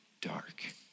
dark